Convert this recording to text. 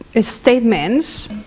Statements